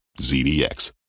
ZDX